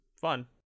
fun